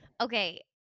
Okay